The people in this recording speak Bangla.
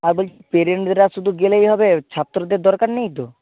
আর বলছি পেরেন্টরা শুধু গেলেই হবে ছাত্রদের দরকার নেই তো